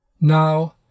Now